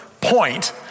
point